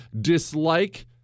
dislike